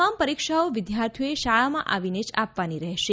તમામ પરીક્ષાઓ વિદ્યાર્થીઓએ શાળામાં આવીને જ આપવાની રહેશે